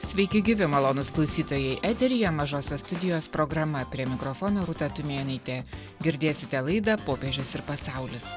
sveiki gyvi malonūs klausytojai eteryje mažosios studijos programa prie mikrofono rūta tumėnaitė girdėsite laidą popiežius ir pasaulis